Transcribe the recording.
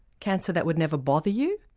cancer that would never bother you?